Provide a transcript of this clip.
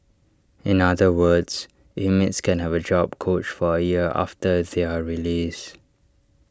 in other words inmates can have A job coach for A year after their release